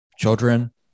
children